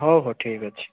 ହଉ ହଉ ଠିକ୍ ଅଛି